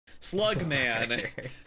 Slugman